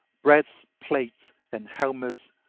breast-plates and helmets,